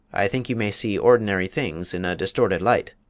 i think you may see ordinary things in a distorted light.